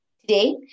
Today